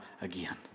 again